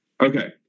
Okay